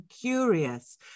curious